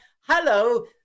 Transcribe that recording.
Hello